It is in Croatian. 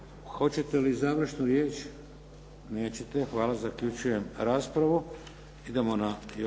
Hoćete li završnu riječ? Nećete. Hvala. Zaključujem raspravu.